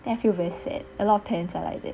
I feel very sad a lot of pants are like that